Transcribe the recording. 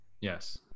Yes